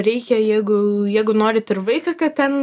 reikia jeigu jeigu norit ir vaiką kad ten